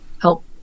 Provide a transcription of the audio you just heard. help